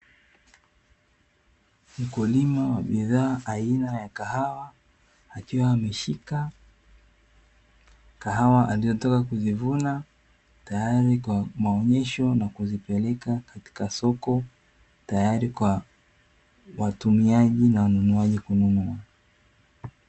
Mkulima wa bidhaa aina ya kahawa akiwa ameshika kahawa alizotaka kuzivuna, tayari kwa maonyesho na kuzipeleka katika soko tayari kwa watumiaji na wanunuaji kununua.